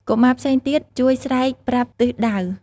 កុមារផ្សេងទៀតជួយស្រែកប្រាប់ទិសដៅ។